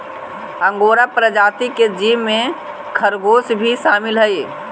angora प्रजाति के जीव में खरगोश भी शामिल हई